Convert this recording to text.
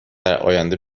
درآینده